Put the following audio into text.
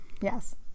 yes